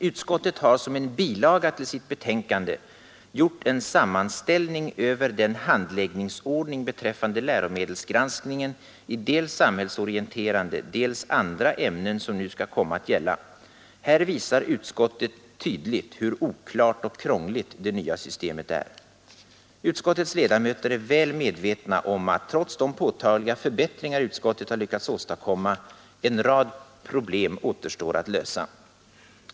Utskottet har som en bilaga till sitt betänkande gjort en sammanställning över den handläggningsordning beträffande läromedelsgranskningen i dels samhällsorienterande, dels andra ämnen som nu skall komma att gälla. Här visar utskottet tydligt, hur oklart och krångligt det nya systemet är. Utskottets ledamöter är väl medvetna om att, trots de påtagliga förbättringar utskottet har lyckats åstadkomma, en rad problem återstår att lösa.